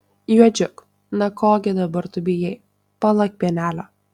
juodžiuk na ko gi dabar tu bijai palak pienelio